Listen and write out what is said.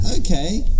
okay